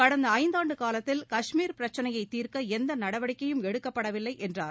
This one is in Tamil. கடந்த ஐந்தாண்டு காலத்தில் கஷ்மீர் பிரச்னையைத் தீர்க்க எந்த நடவடிக்கையும் எடுக்கப்படவில்லை என்றார்